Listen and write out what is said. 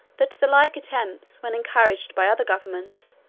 that the like attempts, when encouraged by other governments,